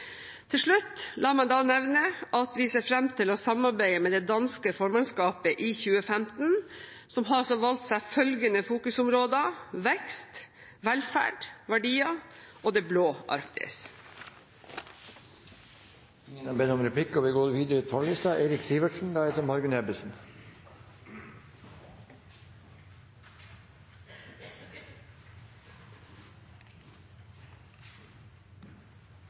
Til slutt la meg nevne at vi ser fram til å samarbeide med det danske formannskapet i 2015, som har valgt seg følgende fokusområder: vekst, velferd, verdier og Det Blå Arktis. La meg først få lov til å takke saksordføreren for saken om